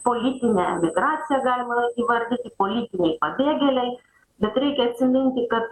politinę migraciją galima įvardyti politiniai pabėgėliai bet reikia atsiminti kad